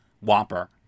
whopper